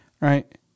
Right